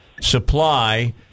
supply